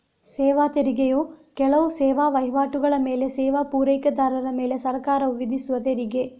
ಸೇವಾ ತೆರಿಗೆಯು ಕೆಲವು ಸೇವಾ ವೈವಾಟುಗಳ ಮೇಲೆ ಸೇವಾ ಪೂರೈಕೆದಾರರ ಮೇಲೆ ಸರ್ಕಾರವು ವಿಧಿಸುವ ತೆರಿಗೆ